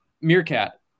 Meerkat